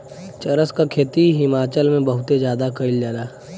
चरस क खेती हिमाचल में बहुते जादा कइल जाला